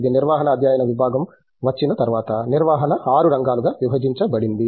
ఇది నిర్వహణ అధ్యయన విభాగం వచ్చిన తర్వాత నిర్వహణ 6 రంగాలుగా విభజించబడింది